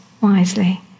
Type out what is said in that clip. wisely